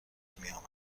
میامد